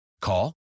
Call